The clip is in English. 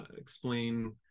explain